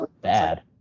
bad